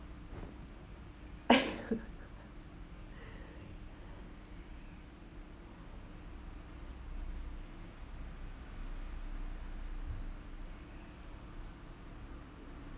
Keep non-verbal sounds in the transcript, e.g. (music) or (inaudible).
(laughs)